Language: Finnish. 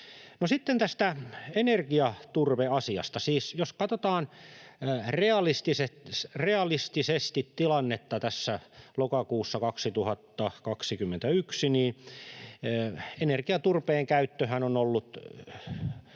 sitten tästä energiaturveasiasta. Jos katsotaan realistisesti tilannetta tässä lokakuussa 2021, niin energiaturpeen käyttöhän on ollut